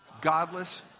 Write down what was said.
Godless